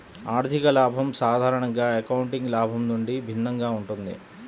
ఆర్థిక లాభం సాధారణంగా అకౌంటింగ్ లాభం నుండి భిన్నంగా ఉంటుంది